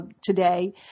today